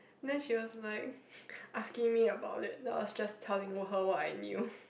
then she was like asking me about it then I was just telling her what I knew